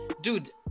dude